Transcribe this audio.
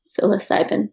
psilocybin